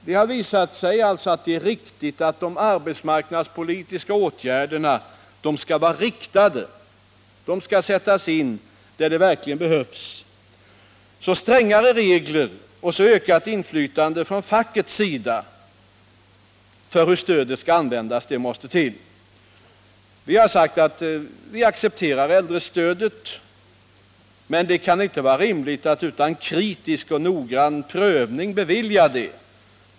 Det har alltså visat sig vara riktigt att de arbetsmarknadspolitiska åtgärderna skall vara riktade och sättas in där de verkligen behövs. Strängare regler och ökat inflytande för facket över hur stödet skall användas måste till. Vi accepterar äldrestödet, men det kan inte vara rimligt att utan kritisk och noggrann prövning bevilja det.